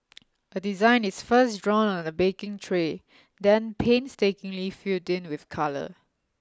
a design is first drawn on a baking tray then painstakingly filled in with colour